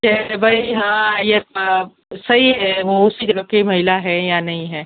के भाई हाँ ये सही है कि उसी ग्रुप की महिला है या नहीं है